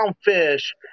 fish